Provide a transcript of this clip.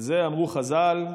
על זה אמרו חז"ל,